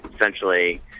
essentially